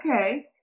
Okay